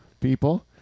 people